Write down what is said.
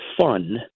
fun